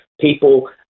people